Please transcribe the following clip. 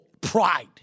pride